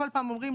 כל פעם אומרים,